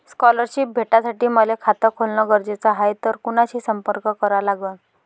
Scholarship भेटासाठी मले खात खोलने गरजेचे हाय तर कुणाशी संपर्क करा लागन?